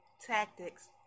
tactics